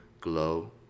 glow